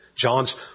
John's